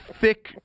thick